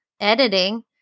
editing